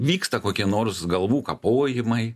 vyksta kokie nors galvų kapojimai